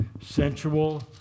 sensual